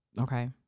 Okay